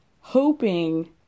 hoping